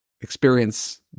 experience